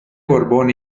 borbón